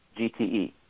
GTE